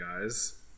guys